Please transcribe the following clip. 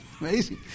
Amazing